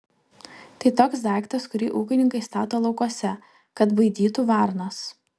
tai toks daiktas kurį ūkininkai stato laukuose kad baidytų varnas